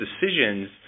decisions